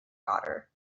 daughter